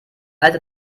alte